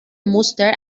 muster